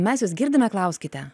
mes jus girdime klauskite